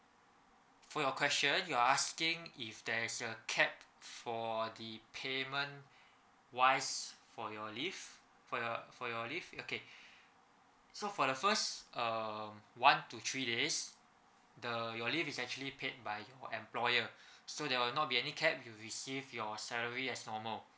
for your question you are asking if there's a cap for the payment wise for your leave for your for your leave okay so for the first um one to three days the your leave is actually paid by your employer so there will not be any cap you'll receive your salary as normal